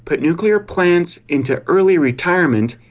but nuclear plants into early retirement,